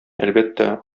әлбәттә